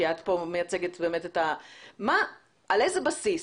על איזה בסיס,